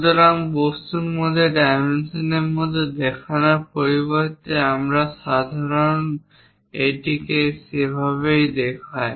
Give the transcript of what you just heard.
সুতরাং বস্তুর মধ্যে ডাইমেনশনর মধ্যে দেখানোর পরিবর্তে আমরা সাধারণত এটিকে সেইভাবে দেখাই